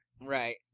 Right